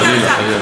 חלילה,